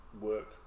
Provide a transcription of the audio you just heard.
work